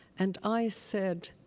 and i said,